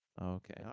Okay